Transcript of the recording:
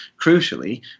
Crucially